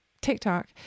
TikTok